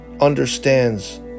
understands